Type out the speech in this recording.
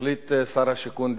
ו-6271